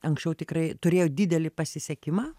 anksčiau tikrai turėjo didelį pasisekimą